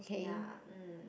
ya um